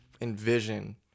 envision